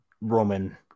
Roman